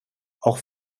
auch